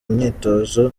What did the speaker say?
myitozo